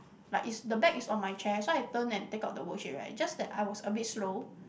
like is the bag is on my chair so I turn and take out the worksheet right just that I was a bit slow